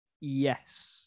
Yes